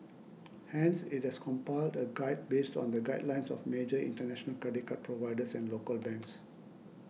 hence it has compiled a guide based on the guidelines of major international credit card providers and local banks